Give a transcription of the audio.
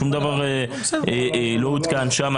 שום דבר לא עודכן שם.